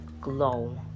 glow